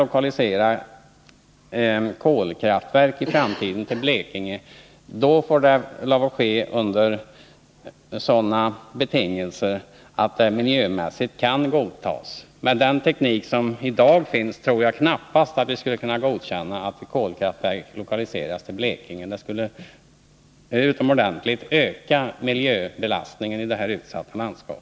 Och om ett kolkraftverk skall lokaliseras till Blekinge i framtiden, så måste det ske under sådana betingelser att det miljömässigt sett kan godtas. Med den teknik som finns i dag tror jag emellertid att vi knappast skulle kunna godkänna att ett kolkraftverk lokaliserades till Blekinge, eftersom det skulle i utomordentligt hög grad öka miljöbelastningen i detta utsatta landskap.